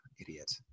Idiot